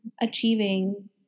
achieving